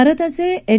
भारताचे एच